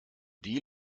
delhi